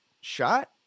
shot